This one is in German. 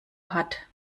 hat